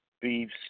Beefs